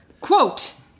Quote